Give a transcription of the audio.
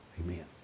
Amen